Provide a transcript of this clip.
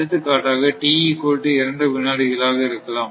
எடுத்துக்காட்டாக t 2 வினாடிகள் ஆக இருக்கலாம்